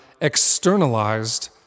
Externalized